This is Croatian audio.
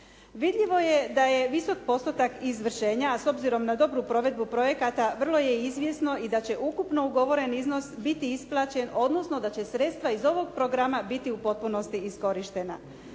Vidljivo je da je visoki postotak izvršenja a s obzirom na dobru provedbu projekata vrlo je izvjesno i da će ukupno ugovoreni iznos biti isplaćen odnosno da će sredstva iz ovog programa biti u potpunosti iskorištena.